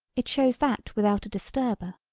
it shows that without a disturber.